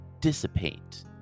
dissipate